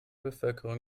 bevölkerung